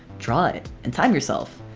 draw it! and time yourself!